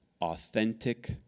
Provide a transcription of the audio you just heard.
authentic